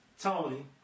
Tony